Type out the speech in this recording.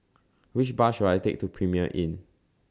Which Bus should I Take to Premier Inn